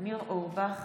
ניר אורבך,